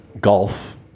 Golf